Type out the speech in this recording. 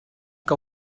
que